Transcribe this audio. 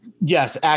Yes